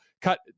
cut